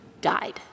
died